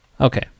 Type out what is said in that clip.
Okay